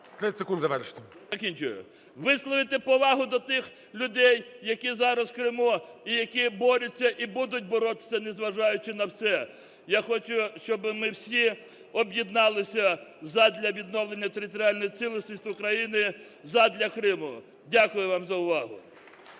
Висловити повагу до тих людей, які зараз в Криму і які борються і будуть боротися, незважаючи на все. Я хочу, щоб ми всі об'єдналися задля відновлення територіальної цілісності України, задля Криму. Дякую вам за увагу.